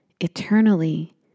eternally